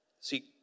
See